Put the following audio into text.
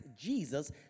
Jesus